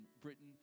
Britain